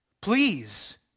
Please